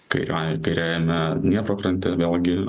kairiojoj kairiajame dniepro krante vėlgi